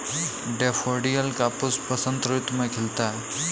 daffodil का पुष्प बसंत ऋतु में खिलता है